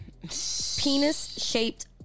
penis-shaped